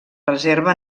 reserva